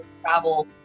travel